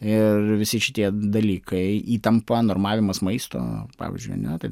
ir visi šitie dalykai įtampa normavimas maisto pavyzdžiui ane tai